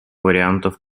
вариантов